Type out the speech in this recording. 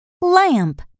Lamp